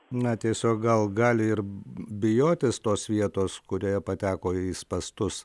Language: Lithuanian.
na tiesiog gal gali ir bijotis tos vietos kurioje pateko į spąstus